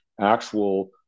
actual